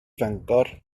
fangor